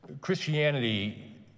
Christianity